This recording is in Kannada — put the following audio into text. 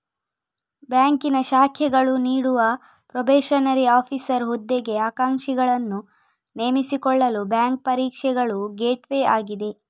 ಬ್ಯಾಂಕಿನ ಶಾಖೆಗಳು ನೀಡುವ ಪ್ರೊಬೇಷನರಿ ಆಫೀಸರ್ ಹುದ್ದೆಗೆ ಆಕಾಂಕ್ಷಿಗಳನ್ನು ನೇಮಿಸಿಕೊಳ್ಳಲು ಬ್ಯಾಂಕು ಪರೀಕ್ಷೆಗಳು ಗೇಟ್ವೇ ಆಗಿದೆ